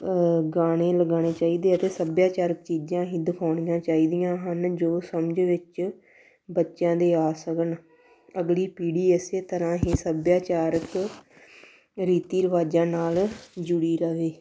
ਗਾਣੇ ਲਗਾਉਣੇ ਚਾਹੀਦੇ ਅਤੇ ਸੱਭਿਆਚਾਰਕ ਚੀਜ਼ਾਂ ਹੀ ਦਿਖਾਉਣੀਆਂ ਚਾਹੀਦੀਆਂ ਹਨ ਜੋ ਸਮਝ ਵਿੱਚ ਬੱਚਿਆਂ ਦੇ ਆ ਸਕਣ ਅਗਲੀ ਪੀੜ੍ਹੀ ਇਸ ਤਰ੍ਹਾਂ ਹੀ ਸੱਭਿਆਚਾਰਕ ਰੀਤੀ ਰਿਵਾਜ਼ਾਂ ਨਾਲ ਜੁੜੀ ਰਹੇ